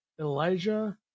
Elijah